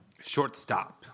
shortstop